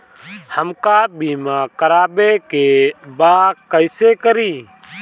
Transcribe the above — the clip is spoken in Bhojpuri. हमका बीमा करावे के बा कईसे करी?